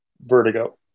Vertigo